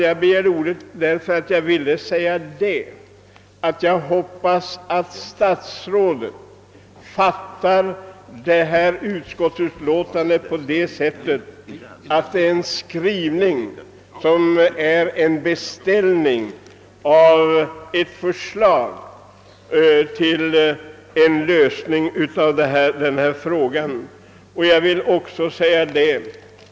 Jag begärde ordet för att säga att jag hoppas att statsrådet fattar utskottsutlåtandet som en beställning av ett förslag till lösning av denna fråga.